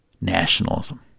nationalism